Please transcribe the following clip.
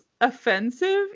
offensive